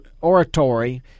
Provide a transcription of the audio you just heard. oratory